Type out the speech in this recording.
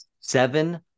seven